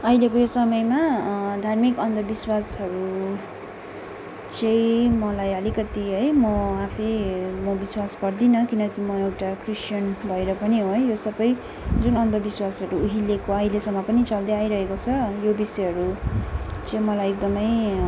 अहिलेको यो समयमा धार्मिक अन्धविश्वासहरू चाहिँ मलाई अलिकति है म आफै म विश्वास गर्दिनँ किनकि म एउटा क्रिस्टियन भएर पनि हो है यो सबै जुन अन्धविश्वासहरू उहिलेको अहिलेसम्म पनि चल्दै आइरहेको छ यो विषयहरू चाहिँ मलाई एकदमै